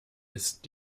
ist